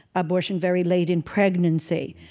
abortion very late in pregnancy,